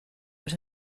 los